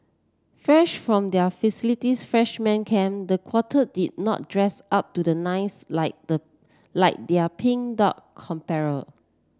fresh from their facilities freshman camp the quartet did not dress up to the nines like the like their Pink Dot compatriot